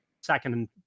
second